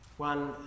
One